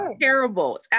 terrible